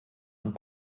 und